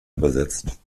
übersetzt